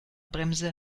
bremse